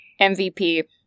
MVP